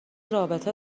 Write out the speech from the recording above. رابطه